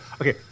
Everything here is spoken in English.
Okay